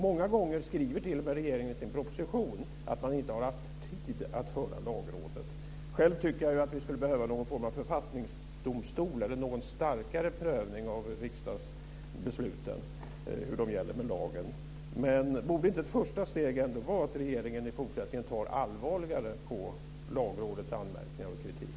Många gånger skriver t.o.m. regeringen i sin proposition att man inte har haft tid att höra Lagrådet. Själv tycker jag att vi skulle behöva någon form av författningsdomstol eller någon starkare prövning av hur riksdagsbesluten stämmer överens med lagen. Borde inte ett första steg ändå vara att regeringen i fortsättningen tar allvarligare på Lagrådets anmärkningar och kritik?